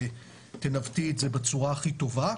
ותנווטי את זה בצורה הכי טובה.